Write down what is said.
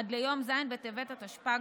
עד יום ז' בטבת התשפ"ג,